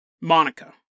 Monica